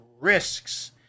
risks